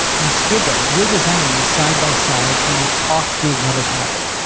and he stood there with his enemy side by side, and they talked through what had happened.